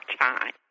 time